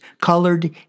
Colored